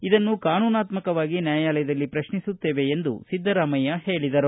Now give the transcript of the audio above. ಇದನ್ನು ಕಾನೂನಾತ್ತಕವಾಗಿ ನ್ವಾಯಾಲಯದಲ್ಲಿ ಪ್ರಶ್ನಿಸುತ್ತೇವೆ ಎಂದು ಸಿದ್ದರಾಮಯ್ಯ ಹೇಳಿದರು